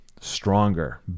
stronger